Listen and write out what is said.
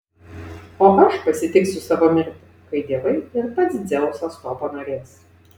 o aš pasitiksiu savo mirtį kai dievai ir pats dzeusas to panorės